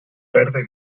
verde